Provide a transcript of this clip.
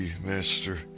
Master